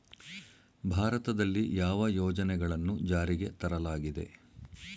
ಭಾರತದಲ್ಲಿ ಯಾವ ಯೋಜನೆಗಳನ್ನು ಜಾರಿಗೆ ತರಲಾಗಿದೆ?